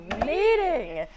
meeting